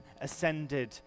ascended